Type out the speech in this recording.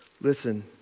Listen